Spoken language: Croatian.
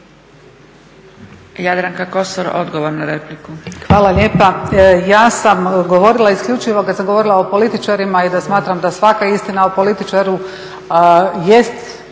Jadranka (Nezavisni)** Hvala lijepa. Ja sam govorila isključivo kada sam govorila o političarima i da smatram da svaka istina o političaru jest